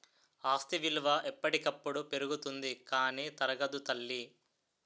ఆస్తి విలువ ఎప్పటికప్పుడు పెరుగుతుంది కానీ తరగదు తల్లీ